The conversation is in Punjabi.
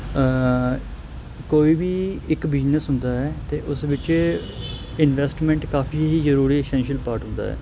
ਕੋਈ ਵੀ ਇੱਕ ਬਿਜਨਸ ਹੁੰਦਾ ਹੈ ਤਾਂ ਉਸ ਵਿੱਚ ਇਨਵੈਸਟਮੈਂਟ ਕਾਫ਼ੀ ਜ਼ਰੂਰੀ ਐਸੈਂਸ਼ਅਲ ਪਾਰਟ ਹੁੰਦਾ ਹੈ